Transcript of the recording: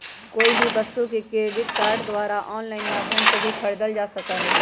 कोई भी वस्तु के क्रेडिट कार्ड के द्वारा आन्लाइन माध्यम से भी खरीदल जा सका हई